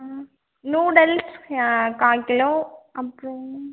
noodles கால் kilo அப்புறோம்